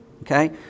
okay